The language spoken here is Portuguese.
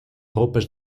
roupas